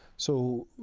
so,